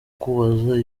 kubaza